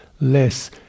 less